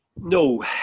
No